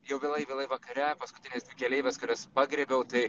jau vėlai vėlai vakare paskutinis dvi keleives kurias pagriebiau tai